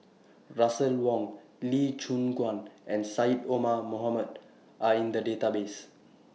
Russel Wong Lee Choon Guan and Syed Omar Mohamed Are in The Database